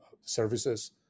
services